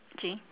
jean